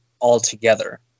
altogether